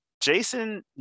jason